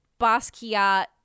Basquiat